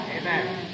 Amen